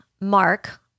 mark